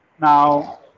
Now